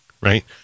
right